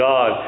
God